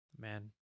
man